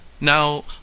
Now